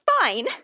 fine